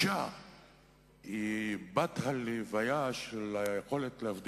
מה עושה אדם סביר שרוצה את הדבר